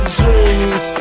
dreams